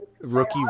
rookie